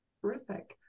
Terrific